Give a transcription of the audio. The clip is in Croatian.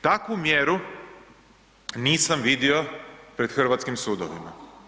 Takvu mjeru nisam vidio pred hrvatskim sudovima.